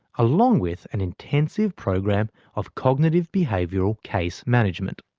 along with an intensive program of cognitive behavioural case management.